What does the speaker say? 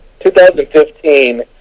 2015